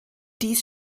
dies